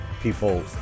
People